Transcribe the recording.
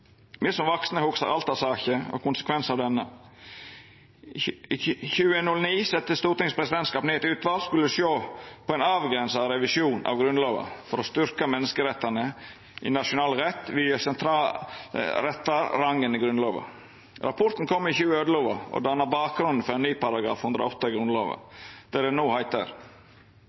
Me som er vaksne, hugsar Alta-saka og konsekvensane av denne. I 2009 sette Stortingets presidentskap ned eit utval som skulle sjå på ein avgrensa revisjon av Grunnlova for å styrkja menneskerettane i nasjonal rett ved å gje sentrale menneskerettar grunnlovs rang. Rapporten kom i 2011 og danna bakgrunnen for ein ny § 108 i Grunnlova, der det no heiter: